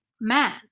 man